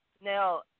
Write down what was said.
now